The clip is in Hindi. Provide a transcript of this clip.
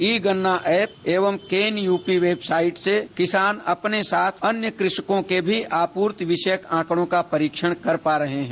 ई गन्ना एप एवं केन यूपी वेबसाइट से किसान अपने साथ अन्य कृषकों के भी आपूर्ति विषयक आंकड़ों का परीक्षण कर पा रहे हैं